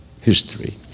history